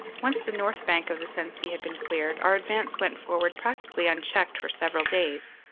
once the north bank of the sensee had been cleared, our advance went forward practically unchecked for several days.